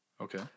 Okay